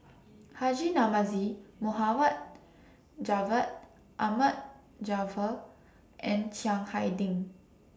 Haji Namazie Mohd Javad Ahmad Jaafar and Chiang Hai Ding